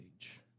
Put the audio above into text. age